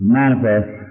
manifest